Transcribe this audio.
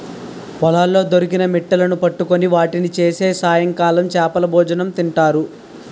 పొలాల్లో దొరికిన మిట్టలును పట్టుకొని వాటిని చేసి సాయంకాలం చేపలభోజనం తింటారు